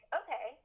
okay